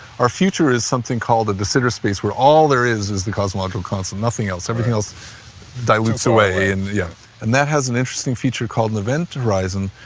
our future is something called the center space where all there is, is the cosmological constant, nothing else. everything else dilutes away. and yeah and that has an interesting feature called an event horizon,